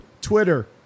Twitter